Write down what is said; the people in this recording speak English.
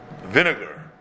vinegar